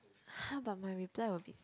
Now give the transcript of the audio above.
how about my reply will be